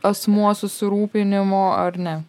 asmuo susirūpinimo ar ne